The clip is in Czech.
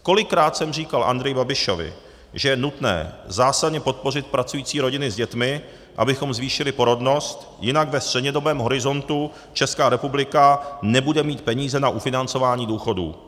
Kolikrát jsem říkal Andreji Babišovi, že je nutné zásadně podpořit pracující rodiny s dětmi, abychom zvýšili porodnost, jinak ve střednědobém horizontu Česká republika nebude mít peníze na ufinancování důchodů.